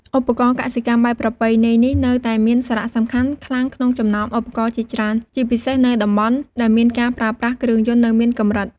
ឧបករណ៍កសិកម្មបែបប្រពៃណីនេះនៅតែមានសារៈសំខាន់ខ្លាំងក្នុងចំណោមឧបករណ៍ជាច្រើន ជាពិសេសនៅតំបន់ដែលមានការប្រើប្រាស់គ្រឿងយន្តនៅមានកម្រិត។